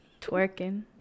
twerking